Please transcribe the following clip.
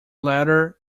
latter